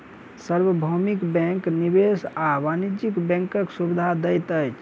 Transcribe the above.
सार्वभौमिक बैंक निवेश आ वाणिज्य बैंकक सुविधा दैत अछि